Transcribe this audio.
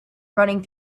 running